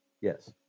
Yes